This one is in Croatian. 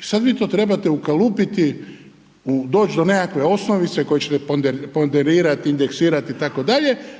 sada vi to trebate ukalupiti, doći do neke osnovice koju ćete ponderirati, indeksirati itd.